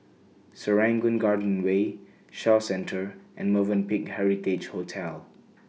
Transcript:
Serangoon Garden Way Shaw Centre and Movenpick Heritage Hotel